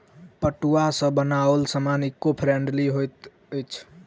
पटुआ सॅ बनाओल सामान ईको फ्रेंडली होइत अछि